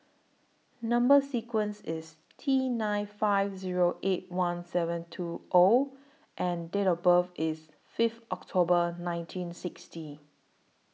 Number sequence IS T nine five Zero eight one seven two O and Date of birth IS Fifth October nineteen sixty